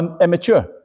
immature